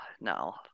no